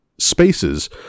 spaces